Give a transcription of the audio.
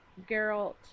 Geralt